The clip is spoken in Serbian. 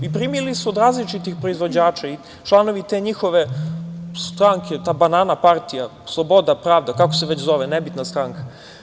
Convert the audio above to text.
I primili su od različitih proizvođača, članovi te njihove stranke, ta banana-partija, sloboda, pravda, kako se već zove, nebitna stranka.